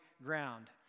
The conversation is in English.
ground